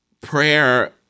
prayer